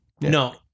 No